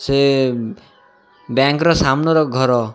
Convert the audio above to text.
ସେ ବ୍ୟାଙ୍କର ସାମ୍ନା ଘର